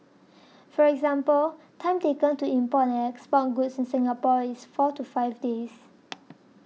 for example time taken to import and export goods in Singapore is four to five days